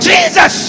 Jesus